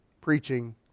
preaching